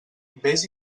vés